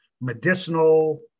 medicinal